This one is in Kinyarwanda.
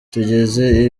tugeze